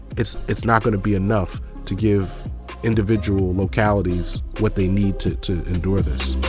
it's it's not going to be enough to give individual localities what they need to to endure this.